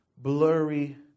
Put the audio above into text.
Blurry